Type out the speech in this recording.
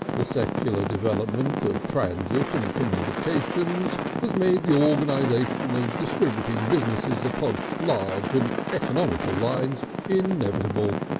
the secular development of transit and communications has made the organisation of distributing businesses upon large and economical lines, inevitable